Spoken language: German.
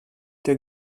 der